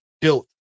built